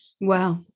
Wow